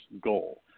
goal